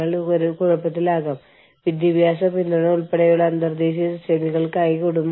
നിങ്ങളുടെ യൂണിയൻ ശക്തി പ്രയോഗിച്ച് ഇല്ല എന്റെ മിനിമം വേതനം ഇത്രയായിരിക്കണം എന്ന് പറയുന്നതിന് വിരുദ്ധമായിട്ടാണിത്